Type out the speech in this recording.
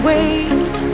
Wait